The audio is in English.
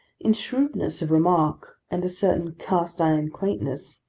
in shrewdness of remark, and a certain cast-iron quaintness,